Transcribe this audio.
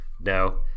no